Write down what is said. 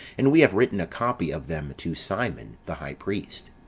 and we have written a copy of them to simon, the high priest.